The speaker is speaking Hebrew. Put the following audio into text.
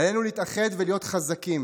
עלינו להתאחד ולהיות חזקים